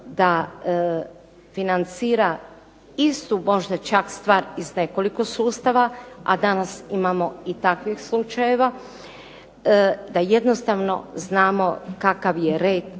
da financira istu možda čak stvar iz nekoliko sustava, a danas imamo i takvih slučajeva, da jednostavno znamo kakav je red